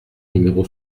numéro